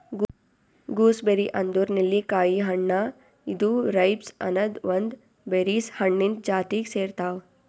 gooseberry ಅಂದುರ್ ನೆಲ್ಲಿಕಾಯಿ ಹಣ್ಣ ಇದು ರೈಬ್ಸ್ ಅನದ್ ಒಂದ್ ಬೆರೀಸ್ ಹಣ್ಣಿಂದ್ ಜಾತಿಗ್ ಸೇರ್ತಾವ್